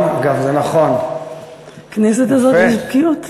ההבטחה של יום כיפור היא